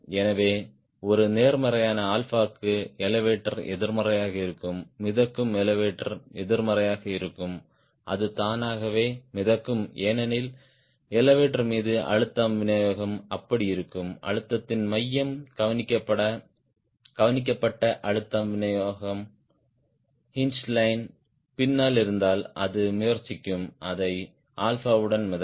எனவே ஒரு நேர்மறையான 𝛼 க்கு எலெவடோர் எதிர்மறையாக இருக்கும் மிதக்கும் எலெவடோர் எதிர்மறையாக இருக்கும் அது தானாகவே மிதக்கும் ஏனெனில் எலெவடோர் மீது அழுத்தம் விநியோகம் அப்படி இருக்கும் அழுத்தத்தின் மையம் கவனிக்கப்பட்ட அழுத்தம் விநியோகம் ஹின்ஜ் லைன் பின்னால் இருந்தால் அது முயற்சிக்கும் அதை 𝛼 உடன் மிதக்க